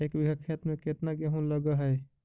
एक बिघा खेत में केतना गेहूं लग है?